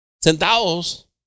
Sentados